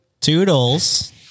Toodles